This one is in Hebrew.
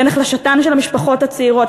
בין החלשתן של המשפחות הצעירות,